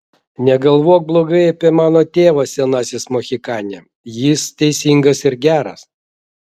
negalvok blogai apie mano tėvą senasis mohikane jis teisingas ir geras